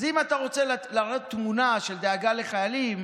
אז אם אתה רוצה להראות תמונה של דאגה לחיילים,